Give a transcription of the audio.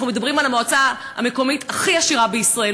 אנחנו מדברים על המועצה המקומית הכי עשירה בישראל,